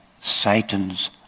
Satan's